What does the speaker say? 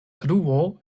truo